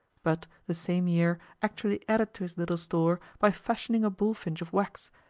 but, the same year, actually added to his little store by fashioning a bullfinch of wax,